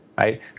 right